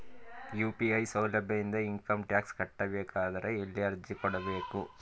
UPI ಸೌಲಭ್ಯ ಇಂದ income tax ಕಟ್ಟಬೇಕಾದರ ಎಲ್ಲಿ ಅರ್ಜಿ ಕೊಡಬೇಕು?